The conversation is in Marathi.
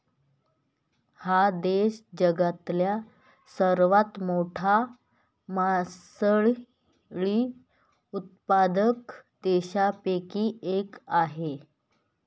हा देश जगातील सर्वात मोठा मासळी उत्पादक देशांपैकी एक आहे